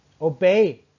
obey